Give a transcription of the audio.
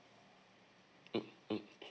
mm mm